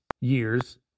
years